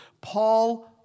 Paul